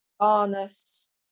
harness